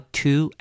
two